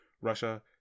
Russia